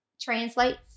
translates